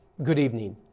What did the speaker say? good evening.